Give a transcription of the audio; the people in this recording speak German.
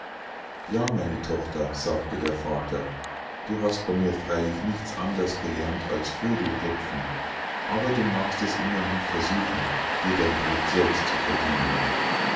ja meine tochter sagte der vater du hast bei mir freilich nichts anders gelernt als vögel rupfen aber du magst es immerhin versuchen dir dein brod selbst zu verdienen